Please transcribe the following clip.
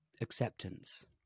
acceptance